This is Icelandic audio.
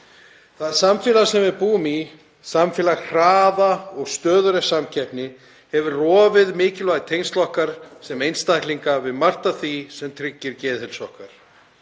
Það samfélag sem við búum í, samfélag hraða og stöðugrar samkeppni, hefur rofið mikilvæg tengsl okkar sem einstaklinga við margt af því sem tryggir geðheilsu okkar.